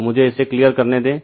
तो मुझे इसे क्लियर करने दें